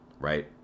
Right